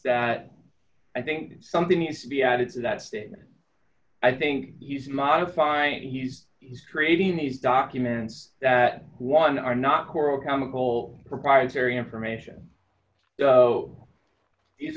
that i think something needs to be added to that statement i think he's modifying he's he's creating these documents that one are not coral chemical proprietary information